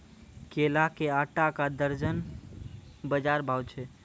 केला के आटा का दर्जन बाजार भाव छ?